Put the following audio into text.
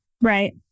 Right